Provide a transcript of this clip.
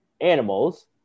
animals